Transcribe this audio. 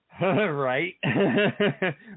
Right